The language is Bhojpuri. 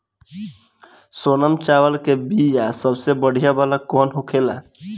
सोनम चावल के बीया सबसे बढ़िया वाला कौन होखेला?